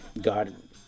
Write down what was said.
God